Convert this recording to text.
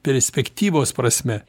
perspektyvos prasme